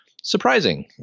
surprising